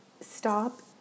stop